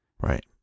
right